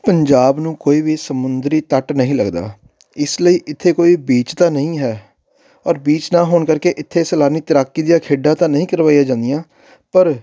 ਪੰਜਾਬ ਨੂੰ ਕੋਈ ਵੀ ਸਮੁੰਦਰੀ ਤੱਟ ਨਹੀਂ ਲੱਗਦਾ ਇਸ ਲਈ ਇੱਥੇ ਕੋਈ ਬੀਚ ਤਾਂ ਨਹੀਂ ਹੈ ਔਰ ਬੀਚ ਨਾ ਹੋਣ ਕਰਕੇ ਇੱਥੇ ਸੈਲਾਨੀ ਤੈਰਾਕੀ ਦੀਆਂ ਖੇਡਾਂ ਤਾਂ ਨਹੀਂ ਕਰਵਾਈ ਜਾਂਦੀਆਂ ਪਰ